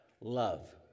Love